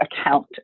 account